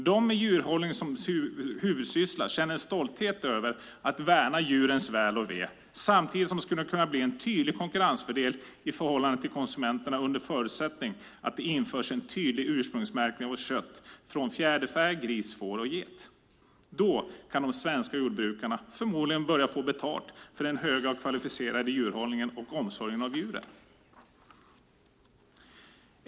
De med djurhållning som huvudsyssla känner stolthet över att värna djurens väl och ve samtidigt som det skulle kunna bli en tydlig konkurrensfördel i förhållande till konsumenterna under förutsättning att det införs en tydlig ursprungsmärkning av kött från fjäderfä, gris, får och get. Då kan de svenska jordbrukarna förmodligen börja få betalt för den högt kvalificerade djurhållningen och omsorgen om djuren.